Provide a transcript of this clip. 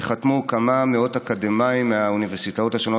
וחתמו כמה מאות אקדמאים מהאוניברסיטאות השונות